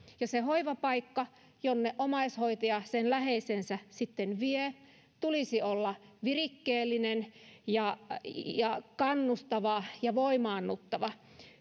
ja sen hoivapaikan jonne omaishoitaja sen läheisensä sitten vie tulisi olla virikkeellinen ja ja kannustava ja voimaannuttava